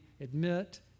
admit